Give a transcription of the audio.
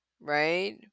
right